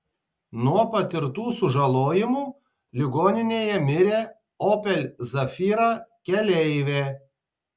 nuo patirtų sužalojimų ligoninėje mirė opel zafira keleivė